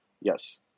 Yes